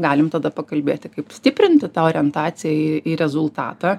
galim tada pakalbėti kaip stiprinti tą orientaciją į į rezultatą